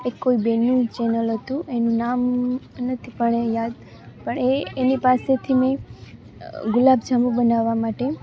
એક કોઈ બહેનનું ચેનલ હતું એનું નામ નથી પણ એ યાદ પણ એ એની પાસેથી મેં ગુલાબ જાંબુ બનાવવાં માટે